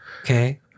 okay